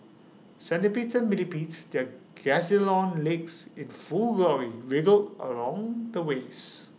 centipedes and millipedes their gazillion legs in full glory wriggled along the waste